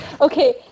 Okay